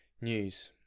news